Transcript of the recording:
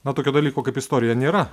na tokio dalyko kaip istorija nėra